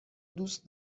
دوست